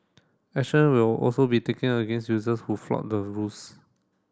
action will also be taken against users who flout the rules